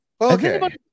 Okay